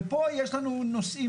ופה יש לנו נושאים.